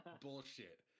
bullshit